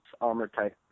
armor-type